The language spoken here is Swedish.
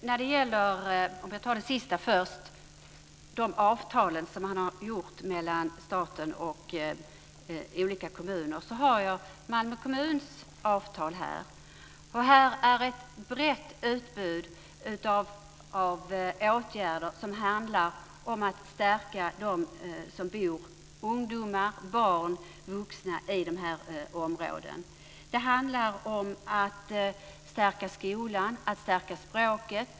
Herr talman! Jag tar det sistnämnda först och tänker då på de avtal som träffats mellan staten och olika kommuner. Jag har här i min hand Malmö kommuns avtal. Det finns ett brett utbud av åtgärder som handlar om att stärka de ungdomar, barn och vuxna som bor i de här områdena. Det handlar om att stärka skolan och om att stärka språket.